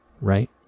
Right